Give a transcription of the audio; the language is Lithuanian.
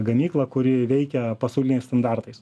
gamyklą kuri veikia pasauliniais standartais